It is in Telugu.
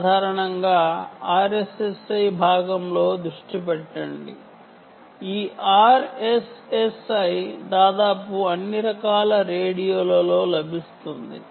సాధారణంగా RSSI భాగంలో దృష్టి పెట్టండి ఈ RSSI దాదాపు అన్ని రకాల రేడియోలలో లభిస్తుంది